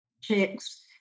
chicks